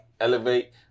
elevate